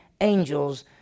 angels